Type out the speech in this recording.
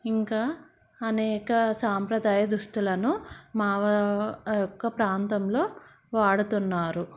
ఇంకా అనేక సాంప్రదాయ దుస్తులను మా యొక్క ప్రాంతంలో వాడుతున్నారు